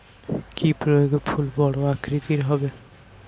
কি প্রয়োগে ফুল বড় আকৃতি হবে?